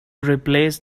replace